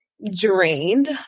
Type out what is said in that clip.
drained